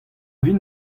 vin